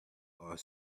are